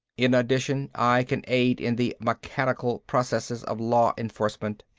in addition i can aid in the mechanical processes of law enforcement.